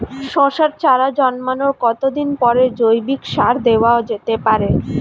শশার চারা জন্মানোর কতদিন পরে জৈবিক সার দেওয়া যেতে পারে?